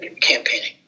campaigning